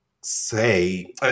say